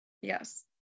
Yes